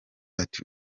ati